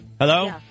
Hello